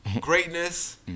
Greatness